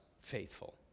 faithful